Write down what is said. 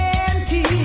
empty